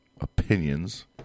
opinions